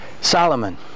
Solomon